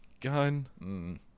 gun